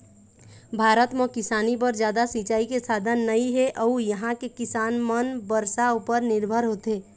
भारत म किसानी बर जादा सिंचई के साधन नइ हे अउ इहां के किसान मन बरसा उपर निरभर होथे